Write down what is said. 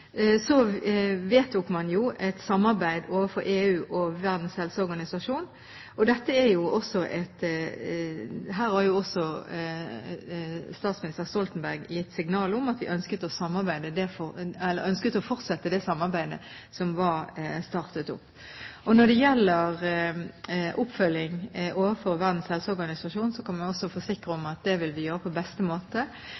vedtok man et samarbeid med EU og Verdens helseorganisasjon. Statsminister Stoltenberg har gitt signal om at vi ønsker å fortsette det samarbeidet som var startet opp. Når det gjelder oppfølging overfor Verdens helseorganisasjon, kan jeg også forsikre om